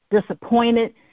disappointed